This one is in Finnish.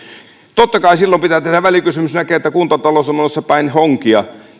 totta kai silloin pitää tehdä välikysymys kun näkee että kuntatalous on menossa päin honkia